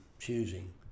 choosing